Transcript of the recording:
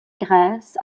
grèce